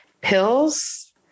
pills